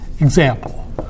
example